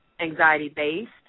anxiety-based